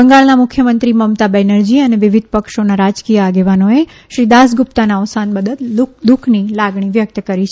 બંગાળના મુખ્યમંત્રી મમતા બેનર્જી અને વિવિધ પક્ષોના રાજકીય આગેવાનોએ શ્રી દાસગુપ્તાના અવસાન બદલ દુઃખની લાગણી વ્યકત કરી છે